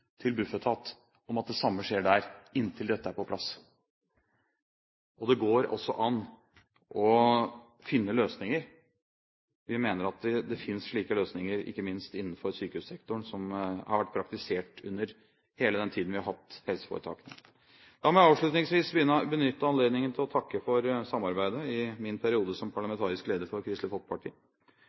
til Bufetat om at det samme skjer der inntil dette er på plass. Det går også an å finne løsninger. Vi mener det finnes slike løsninger, ikke minst innenfor sykehussektoren, som har vært praktisert under hele den tiden vi har hatt helseforetakene. La meg avslutningsvis benytte anledningen til å takke for samarbeidet i min periode som parlamentarisk leder for Kristelig Folkeparti.